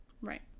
right